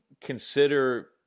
consider